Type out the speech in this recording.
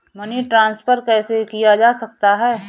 Money transfer कैसे किया जा सकता है?